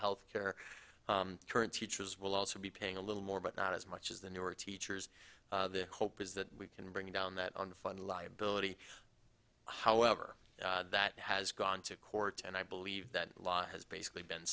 health care current teachers will also be paying a little more but not as much as the newer teachers the hope is that we can bring down that unfunded liability however that has gone to court and i believe that law has basically been